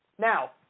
Now